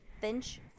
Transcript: Finch